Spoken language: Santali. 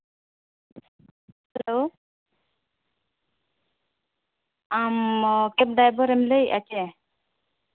ᱦᱮᱞᱳ ᱟᱢ ᱠᱮᱵᱽ ᱰᱟᱭᱵᱟᱨᱮᱢ ᱞᱟᱹᱭᱮᱜᱼᱟ ᱪᱮ